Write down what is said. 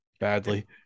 badly